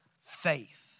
faith